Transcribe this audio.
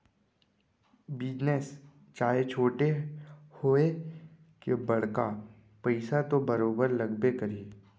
business चाहे छोटे होवय के बड़का पइसा तो बरोबर लगबे करही